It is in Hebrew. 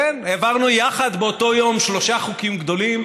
העברנו יחד באותו יום שלושה חוקים גדולים,